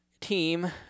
team